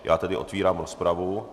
Já tedy otvírám rozpravu.